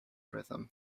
rhythm